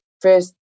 first